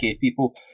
people